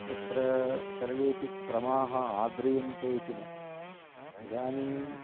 तत्र सर्वेऽपि क्रमाः आद्रियन्ते इति न इदानीम्